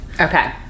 okay